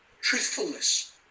truthfulness